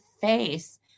face